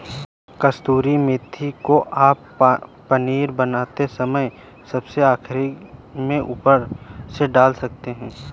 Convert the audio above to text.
कसूरी मेथी को आप पनीर बनाते समय सबसे आखिरी में ऊपर से डाल सकते हैं